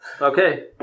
Okay